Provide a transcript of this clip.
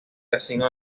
casino